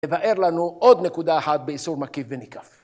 יבאר לנו עוד נקודה אחת באיסור מקיף וניקף.